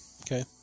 Okay